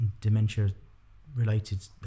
dementia-related